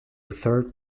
third